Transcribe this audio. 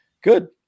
Good